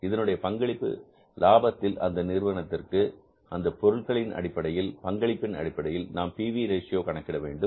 இதனுடைய பங்களிப்பு லாபத்தில் அந்த நிறுவனத்திற்கு அந்தப் பொருளின் அடிப்படையில் பங்களிப்பின் அடிப்படையில் நாம் பி வி ரேஷியோ கணக்கிட வேண்டும்